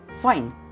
Fine